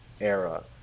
era